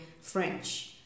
French